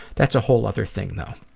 that's a whole other thing though.